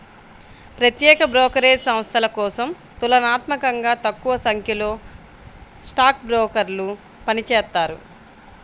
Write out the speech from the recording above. ప్రత్యేక బ్రోకరేజ్ సంస్థల కోసం తులనాత్మకంగా తక్కువసంఖ్యలో స్టాక్ బ్రోకర్లు పనిచేత్తారు